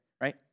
right